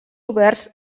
oberts